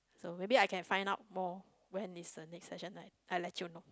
so maybe I can find out more when is the next session I I let you know